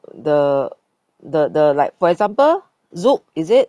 the the the like for example Zouk is it